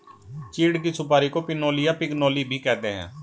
चीड़ की सुपारी को पिनोली या पिगनोली भी कहते हैं